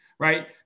Right